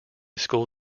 school